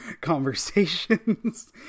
conversations